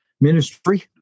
ministry